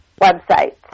websites